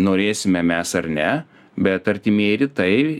norėsime mes ar ne bet artimieji rytai